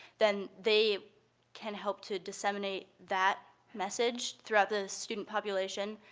then they can help to disseminate that message throughout the student population.